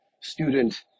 student